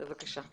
בבקשה.